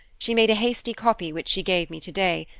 she made a hasty copy which she gave me today,